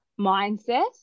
mindset